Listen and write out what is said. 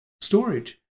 storage